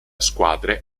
squadre